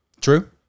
True